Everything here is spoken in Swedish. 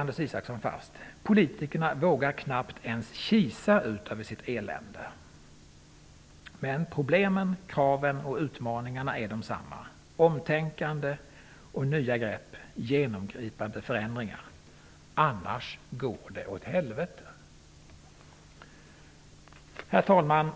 Anders Isaksson slår fast att politikerna knappt ens vågar kisa ut över sitt elände. Problemen, kraven och utmaningarna är desammma. Det måste till omtänkande, nya grepp och genomgripande förändringar -- annars går det åt helvete, skriver Anders Isaksson. Herr talman!